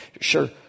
Sure